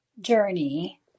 journey